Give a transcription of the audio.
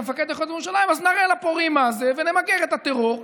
כמפקד מחוז ירושלים: נראה לפורעים מה זה ונמגר את הטרור.